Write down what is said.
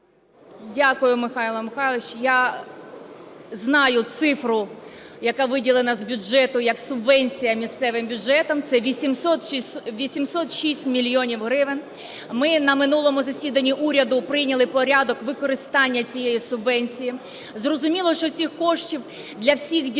Дякую, Михайло Михайлович. Я знаю цифру, яка виділена з бюджету як субвенція місцевим бюджетам – це 806 мільйонів гривень. Ми на минулому засіданні уряду прийняли порядок використання цієї субвенції. Зрозуміло, що цих коштів для всіх дітей